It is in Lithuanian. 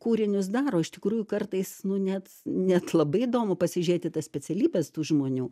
kūrinius daro iš tikrųjų kartais nu net net labai įdomu pasižiūrėt į tas specialybes tų žmonių